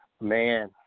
man